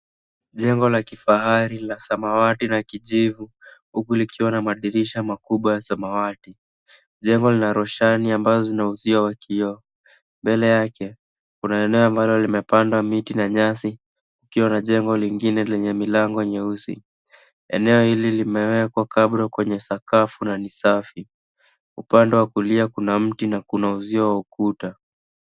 Jengo la kifahari la samawati na kijivu huku likiwa na madirisha makubwa za samawati , jengo lina roshani ambazo zina uzio wa kioo mbele yake kuna eneo ambalo limepanda miti na nyasi ikiwe na jengo lingine lenye milango nyeusi ,eneo hili limewekwa [kabro ]kwenye sakafu na ni safi upande wa kulia kuna mti na kuna uzio wa ukuta.